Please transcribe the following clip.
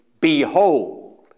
Behold